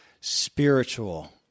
spiritual